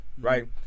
right